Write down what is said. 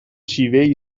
شیوهای